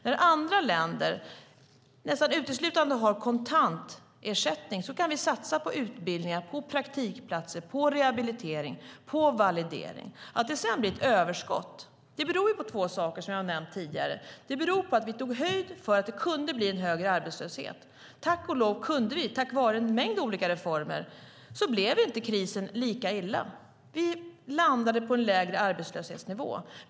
Där andra länder nästan uteslutande har kontantersättning kan vi satsa på utbildningar, praktikplatser, rehabilitering och validering. Att det sedan blir ett överskott beror på två saker som jag har nämnt tidigare. Det beror på att vi tog höjd för att det kunde bli en högre arbetslöshet. Tack och lov, tack vare en mängd olika reformer, blev krisen inte lika illa. Vi landade på en lägre arbetslöshetsnivå.